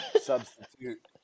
substitute